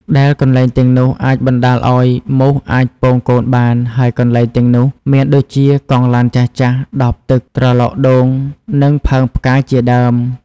ដែលកន្លែងទាំងនោះ អាចបណ្ដាលឲ្យមូសអាចពងកូនបាន ហើយកន្លែងទាំងនោះមានដូចជាកង់ឡានចាស់ៗ ដបទឹក ត្រឡោកដូង និងផើងផ្កាជាដើម។